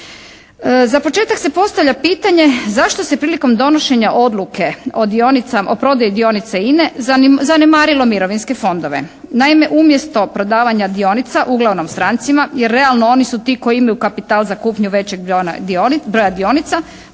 Za početak se postavlja pitanje zašto se prilikom donošenja odluka o prodaji dionice INA-e zanemarilo mirovinske fondove. Naime, umjesto prodavanja dionica uglavnom strancima jer realno oni si ti koji imaju kapital za kupnju većeg broja dionica